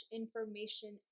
information